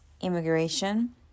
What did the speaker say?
immigration